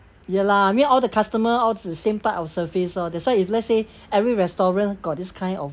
ya lah I mean all the customer want the same type of service lor that's why if let's say every restaurant got this kind of